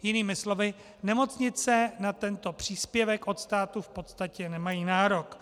Jinými slovy, nemocnice na tento příspěvek od státu v podstatě nemají nárok.